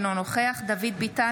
אינו נוכח דוד ביטן,